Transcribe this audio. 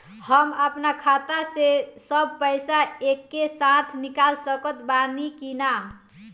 हम आपन खाता से सब पैसा एके साथे निकाल सकत बानी की ना?